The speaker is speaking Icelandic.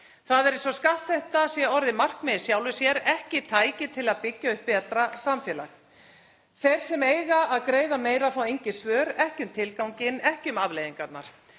Það er eins og skattheimta sé orðin markmið í sjálfu sér, ekki tæki til að byggja upp betra samfélag. Þeir sem eiga að greiða meira fá engin svör, ekki um tilganginn, ekki um afleiðingarnar.